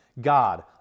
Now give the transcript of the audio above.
God